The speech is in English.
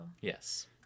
Yes